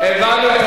הבנו את